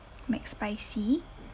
mcspicy